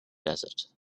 desert